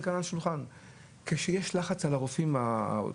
כאן: כשיש לחץ על אותם רופאים מפענחים,